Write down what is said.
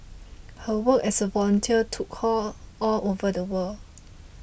her work as a volunteer took her all over the world